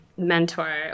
mentor